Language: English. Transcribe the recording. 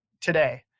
today